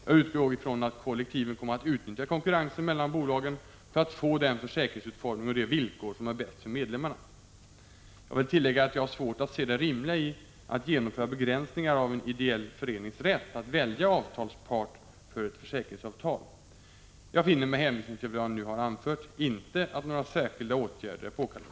Jag utgår ifrån att kollektiven kommer att utnyttja konkurrensen mellan bolagen för att få den försäkringsutformning och de villkor som är bäst för medlemmarna. Jag vill tillägga att jag har svårt att se det rimliga i att genomföra begränsningar av en ideell förenings rätt att välja avtalspart för ett försäkringsavtal. Jag finner med hänvisning till vad jag nu har anfört inte att några särskilda åtgärder är påkallade.